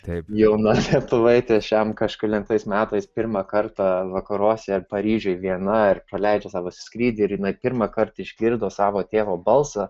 taip jauna lietuvaitė šiam kažkelintais metais pirmą kartą vakaruose paryžiuj viena ir paleidžia savo skrydį ir jina pirmąkart išgirdo savo tėvo balsą